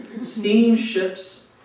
Steamships